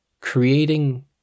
creating